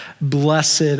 Blessed